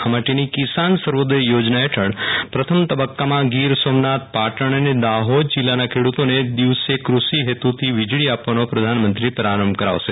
આ માટેની કિસાન સર્વોદય યોજના હેઠળ પ્રથમ તબક્કામાં ગીર સોમનાથ પાટણ અને દાહોદ જિલ્લાના ખેડૂતોને દિવસે કૃષિહેતુથી વીજળી આપવાનો પ્રધાનમંત્રી પ્રારંભ કરાવશે